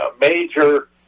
major